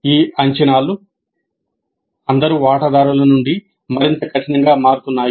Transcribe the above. ఈ అంచనాలు అన్ని రకాల వాటాదారుల నుండి మరింత కఠినంగా మారుతున్నాయి